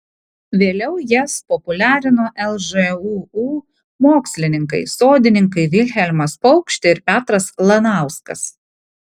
vėliau jas populiarino lžūu mokslininkai sodininkai vilhelmas paukštė ir petras lanauskas